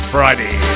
Friday